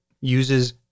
uses